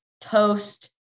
toast